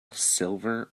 silver